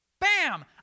bam